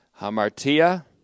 Hamartia